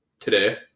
today